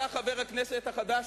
עלה חבר הכנסת החדש,